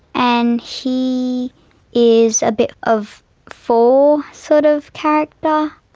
and he is a bit of four sort of character.